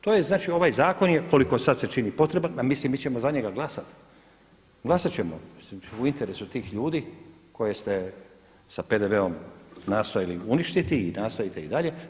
To je znači ovaj zakon je koliko sad se čini potreban, ma mislim mi ćemo za njega glasati, glasat ćemo u interesu tih ljudi koje ste s PDV-om nastojali uništiti nastojite i dalje.